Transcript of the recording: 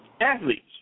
athletes